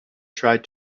tried